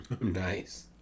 Nice